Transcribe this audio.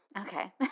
Okay